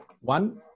One